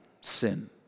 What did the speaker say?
sin